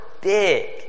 big